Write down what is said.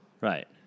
Right